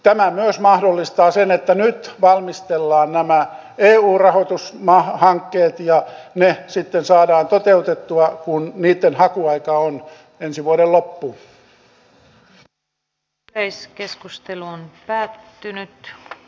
tämä myös mahdollistaa sen että nyt valmistellaan nämä eu rahoitushankkeet ja ne sitten saadaan toteutettua kun niitten hakuaika on ensi vuoden loppuun asti